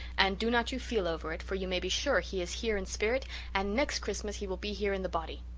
and do not you feel over it, for you may be sure he is here in spirit and next christmas he will be here in the body.